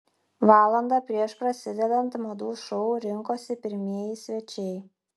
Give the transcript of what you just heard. valandą prieš prasidedant madų šou rinkosi pirmieji svečiai